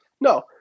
No